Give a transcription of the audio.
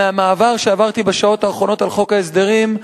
מהמעבר שעברתי בשעות האחרונות על חוק ההסדרים,